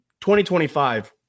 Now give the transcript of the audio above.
2025